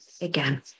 again